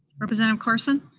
representative carson?